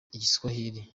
igiswahili